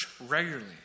regularly